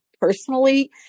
personally